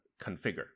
configure